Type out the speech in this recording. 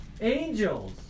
angels